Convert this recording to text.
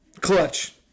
Clutch